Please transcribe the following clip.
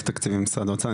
אגף תקציבים משרד האוצר.